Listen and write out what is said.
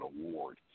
award